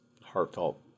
heartfelt